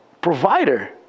provider